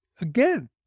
Again